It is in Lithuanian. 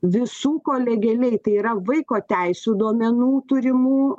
visų kolegialiai tai yra vaiko teisių duomenų turimų